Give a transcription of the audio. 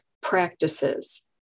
practices